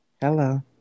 Hello